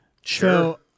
sure